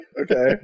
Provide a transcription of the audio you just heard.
okay